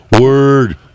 Word